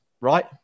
right